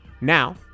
Now